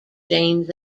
james